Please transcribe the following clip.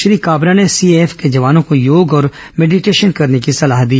श्री काबरा ने सीएएफ के जवानों को योगा और मेडिटेशन करने की सलाह दी